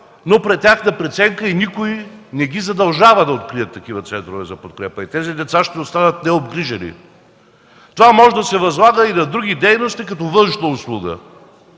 но по тяхна преценка, а никой не ги задължава да открият такива центрове за подкрепа и тези деца ще останат необгрижени. Това може да се възлага и на други дейности като бъдеща услуга.